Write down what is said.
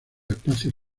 espacios